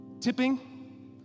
tipping